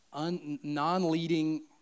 non-leading